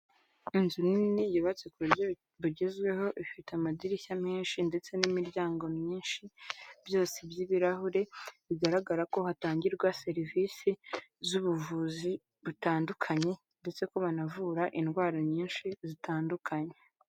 Inzu nini yubatse ku buryo bugezweho ifite amadirishya menshi ndetse n'imiryango myinshi byose by'ibirahure, bigaragara ko hatangirwa serivisi z'ubuvuzi butandukanye ndetse ko banavura indwara nyinshi zitandukanye.